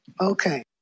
Okay